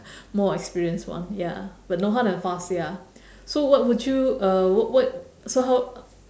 more experienced one ya but no hard and fast ya so what would you uh what what so how